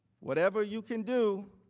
whatever you can do,